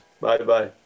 Bye-bye